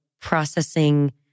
processing